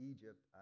Egypt